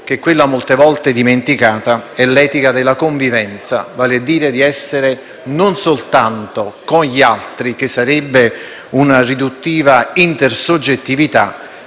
ad un'etica molte volte dimenticata, l'etica della convivenza: vale a dire dell'essere non soltanto con gli altri (che sarebbe una riduttiva intersoggettività),